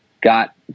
got